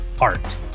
art